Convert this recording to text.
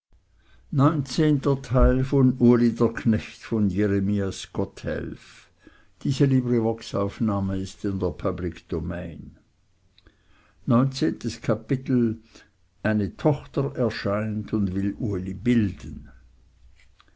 neunzehntes kapitel eine tochter erscheint und will uli bilden